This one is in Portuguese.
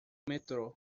metrô